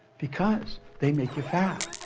because, they make you fat.